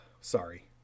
Sorry